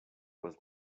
was